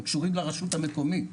הם קשורים לרשות המקומית.